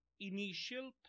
initial